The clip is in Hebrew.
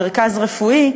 מרכז רפואי,